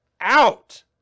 out